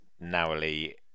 narrowly